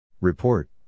Report